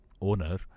owner